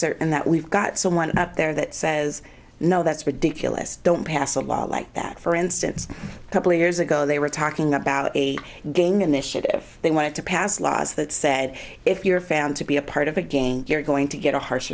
certain that we've got someone out there that says no that's ridiculous don't pass a law like that for instance a couple of years ago they were talking about a gang in this shit if they wanted to pass laws that said if you're found to be a part of a gang you're going to get a harsh